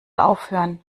aufhören